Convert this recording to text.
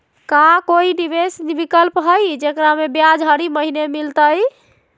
का कोई निवेस विकल्प हई, जेकरा में ब्याज हरी महीने मिलतई?